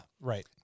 right